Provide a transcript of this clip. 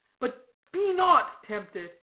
but be not tempted.